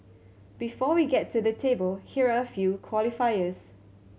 before we get to the table here are a few qualifiers